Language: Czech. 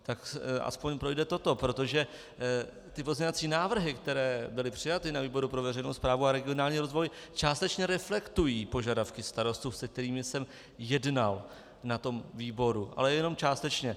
Tak aspoň projde toto, protože ty pozměňovací návrhy, které byly přijaty na výboru pro veřejnou správu a regionální rozvoj, částečně reflektují požadavky starostů, se kterými jsem jednal na tom výboru, ale jenom částečně.